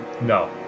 No